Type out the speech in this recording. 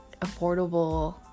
affordable